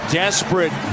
desperate